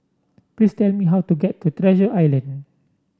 please tell me how to get to Treasure Island